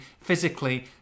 physically